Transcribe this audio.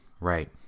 right